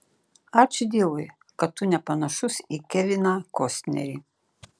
ačiū dievui kad tu nepanašus į keviną kostnerį